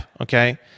Okay